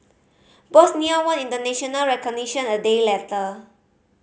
Bosnia won international recognition a day later